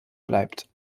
bleibt